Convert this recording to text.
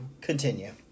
Continue